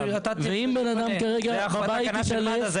אז --- ואם בן אדם כרגע התעלף --- זו תקנה של מד"א,